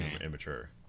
immature